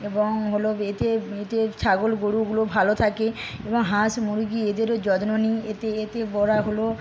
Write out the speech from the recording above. এবং হলো এতে এতে ছাগল গরুগুলো ভালো থাকে এবং হাঁস মুরগি এদেরও যত্ন নিই এতে এতে বরাগুলো